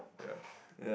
yeah